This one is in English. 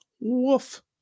woof